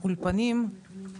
האולפנים,